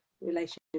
relationship